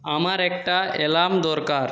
আমার একটা অ্যালার্ম দরকার